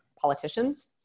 politicians